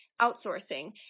outsourcing